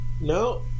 No